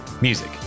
music